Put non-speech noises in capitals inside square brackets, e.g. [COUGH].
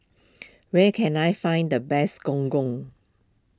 [NOISE] where can I find the best Gong Gong